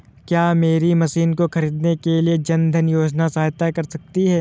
क्या मेरी मशीन को ख़रीदने के लिए जन धन योजना सहायता कर सकती है?